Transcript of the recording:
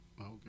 Okay